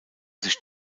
sich